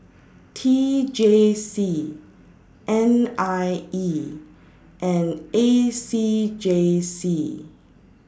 T J C N I E and A C J C